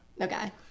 Okay